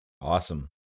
Awesome